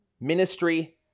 ministry